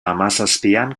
hamazazpian